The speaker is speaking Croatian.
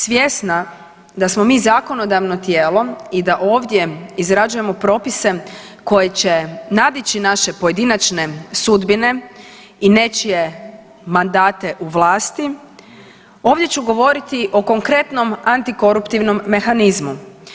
Svjesna da smo mi zakonodavno tijelo i da ovdje izrađujemo propise koje će nadići naše pojedinačne sudbine i nečije mandate u vlasti, ovdje ću govoriti o konkretnom antikoruptivnom mehanizmu.